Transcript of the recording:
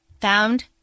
found